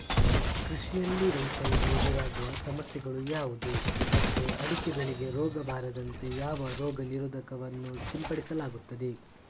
ಕೃಷಿಯಲ್ಲಿ ರೈತರಿಗೆ ಎದುರಾಗುವ ಸಮಸ್ಯೆಗಳು ಯಾವುದು ಮತ್ತು ಅಡಿಕೆ ಬೆಳೆಗೆ ರೋಗ ಬಾರದಂತೆ ಯಾವ ರೋಗ ನಿರೋಧಕ ವನ್ನು ಸಿಂಪಡಿಸಲಾಗುತ್ತದೆ?